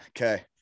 okay